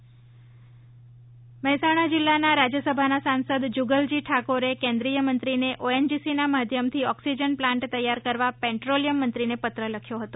petroleum પ્રધાન પત્ર મહેસાણા જીલ્લાના રાજ્યસભાના સાંસદ જુગલજી ઠાકોરે કેન્દ્રિય મંત્રીને ઓએનજીસીના માધ્યમથી ઓક્સિજન પ્લાન્ટ તૈયાર કરવા પેટ્રોલિયમ મંત્રીને પત્ર લખ્યો હતો